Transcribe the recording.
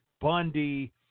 Bundy